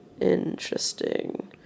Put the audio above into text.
Interesting